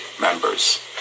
members